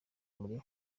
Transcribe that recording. muri